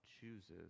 chooses